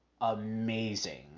amazing